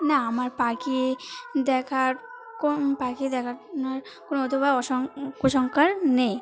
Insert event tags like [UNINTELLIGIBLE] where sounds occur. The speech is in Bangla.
না আমার পাখি দেখার কোনো পাখি দেখার [UNINTELLIGIBLE] অথবা [UNINTELLIGIBLE] কুসংস্কার নেই